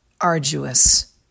Arduous